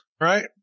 right